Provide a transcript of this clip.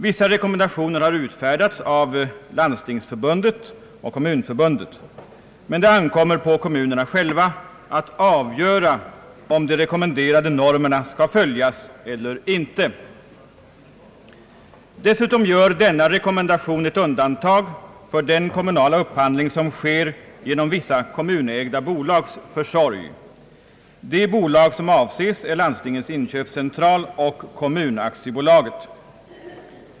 Vissa rekommendationer har utfärdats av Landstingsförbundet och Kommunförbundet, men det ankommer på kommunerna själva att avgöra om de rekommenderade normerna skall följas eller inte. Dessutom gör denna rekommendation ett undantag för den kommunala upphandling som sker genom vissa kommunägda bolags försorg. De bolag som avses är Landstingens inköpscentral och Kommunaktiebolaget.